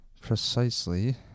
precisely